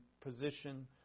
position